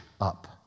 up